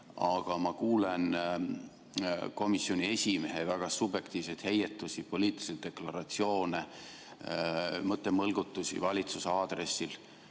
aga ma kuulen komisjoni esimehe väga subjektiivseid heietusi, poliitilisi deklaratsioone, mõttemõlgutusi valitsuse aadressil.